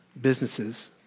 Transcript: businesses